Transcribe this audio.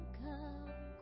come